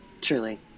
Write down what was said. truly